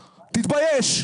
תתבייש.